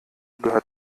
gehört